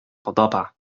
podoba